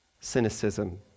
cynicism